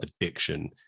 addiction